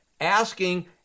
asking